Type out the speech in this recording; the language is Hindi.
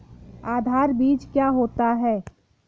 आधार बीज क्या होता है?